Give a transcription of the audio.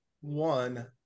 one